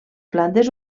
plantes